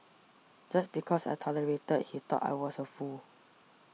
just because I tolerated he thought I was a fool